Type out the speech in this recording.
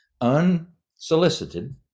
unsolicited